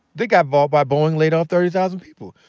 they got bought by boeing, laid off thirty thousand people.